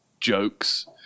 jokes